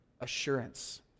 assurance